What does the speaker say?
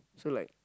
so like